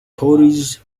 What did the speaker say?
tories